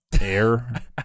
Air